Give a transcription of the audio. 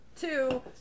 Two